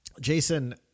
Jason